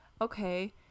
okay